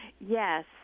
Yes